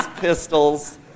pistols